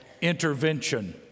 intervention